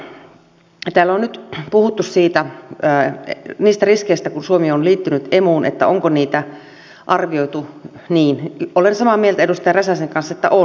täällä on nyt puhuttu siitä onko niitä riskejä arvioitu kun suomi on liittynyt emuun ja olen samaa mieltä edustaja räsäsen kanssa että on